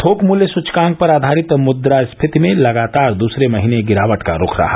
थोक मूल्य सूचकांक पर आधारित मुद्रास्फीति में लगातार दूसरे महीने गिरावट का रूख रहा